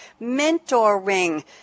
mentoring